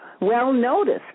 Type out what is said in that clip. well-noticed